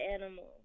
animal